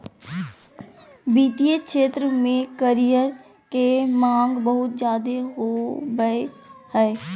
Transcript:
वित्तीय क्षेत्र में करियर के माँग बहुत ज्यादे होबय हय